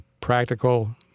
practical